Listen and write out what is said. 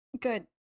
good